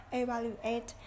evaluate